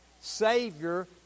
Savior